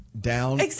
down